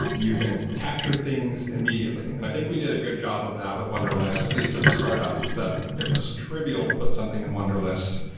you can capture things immediately. and i think we did a good job of that with wunderlist at least as a startup, that it was trivial to put something in wunderlist,